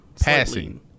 Passing